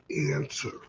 answer